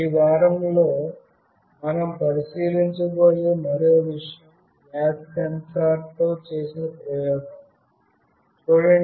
ఈ వారంలో మనం పరిశీలించబోయే మరో విషయం గ్యాస్ సెన్సార్తో చేసిన ప్రయోగం